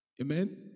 Amen